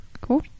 Cool